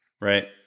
right